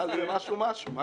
אני